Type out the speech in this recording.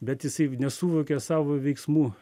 bet jisai nesuvokė savo veiksmų